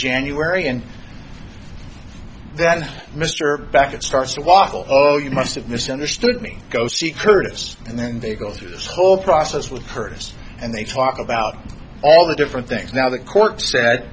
january and then mr brackett starts to waffle oh you must have misunderstood me go see curtis and then they go through this whole process with curtis and they talk about all the different things now the court